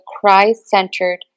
Christ-centered